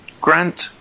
Grant